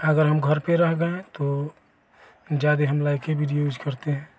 अगर हम घर पर रह गए तो ज्यादे हम लाइके विडियो यूज करते हैं